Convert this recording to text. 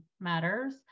matters